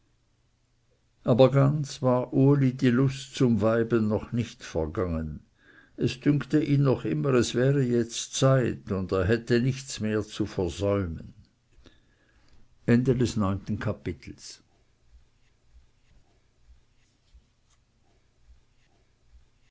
aber ganz war uli die lust zum weiben noch nicht vergangen es dünkte ihn noch immer es wäre jetzt zeit und er hätte nichts mehr zu versäumen